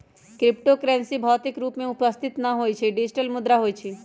crypto currency भौतिक रूप में उपस्थित न होइ छइ इ डिजिटल मुद्रा होइ छइ